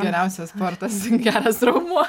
geriausias sportas geras raumuo